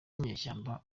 n’inyeshyamba